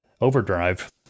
Overdrive